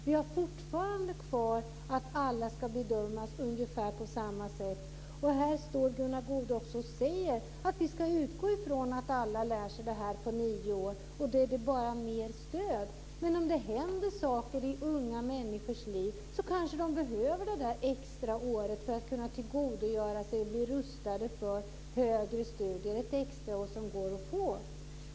Vi har fortfarande kvar att alla ska bedömas ungefär på samma sätt. Här står Gunnar Goude och säger att vi ska utgå från att alla lär sig detta på nio år med mer stöd. Men om det händer saker i unga människors liv kanske de behöver det extra året för att tilgodogöra sig kunskaper och bli rustade för högre studier.